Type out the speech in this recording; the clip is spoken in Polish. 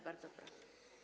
Bardzo proszę.